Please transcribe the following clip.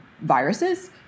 viruses